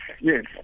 yes